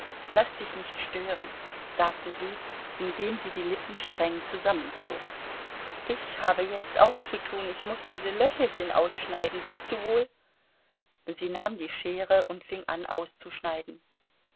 laß dich nicht stören sagte sie indem sie die lippen streng zusammenzog ich habe jetzt auch zu tun ich muß diese löchelchen ausschneiden siehst du wohl sie nahm die schere und fing an auszuschneiden